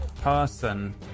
person